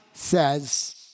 says